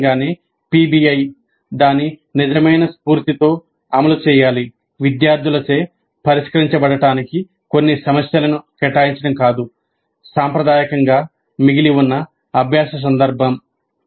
సహజంగానే పిబిఐ దాని నిజమైన స్ఫూర్తితో అమలు చేయాలి విద్యార్థులచే పరిష్కరించబడటానికి కొన్ని సమస్యలను కేటాయించడం కాదు సాంప్రదాయకంగా మిగిలి ఉన్న అభ్యాస సందర్భం